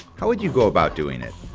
how would you go about doing it?